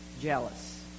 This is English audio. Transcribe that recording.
jealous